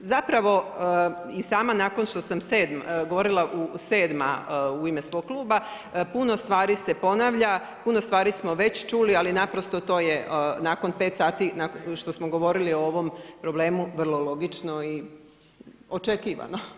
Zapravo, i sama nakon što sam govorila sedma u ime svog kluba, puno stvari se ponavlja, puno stvari smo već čuli, ali naprosto to je nakon 5 sati što smo govorili o ovom problemu vrlo logično i očekivano.